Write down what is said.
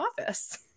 office